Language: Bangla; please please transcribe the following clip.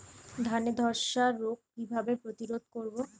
ধানে ধ্বসা রোগ কিভাবে প্রতিরোধ করব?